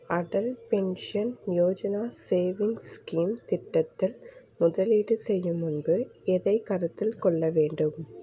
Atal pension Yojana savings scheme திட்டத்தில் முதலீடு செய்யும் முன்பு எதைக் கருத்தில் கொள்ள வேண்டும்